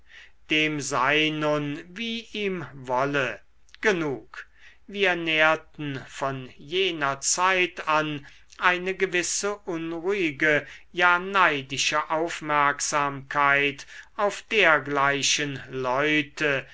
dem sei nun wie ihm wolle genug wir nährten von jener zeit an eine gewisse unruhige ja neidische aufmerksamkeit auf dergleichen leute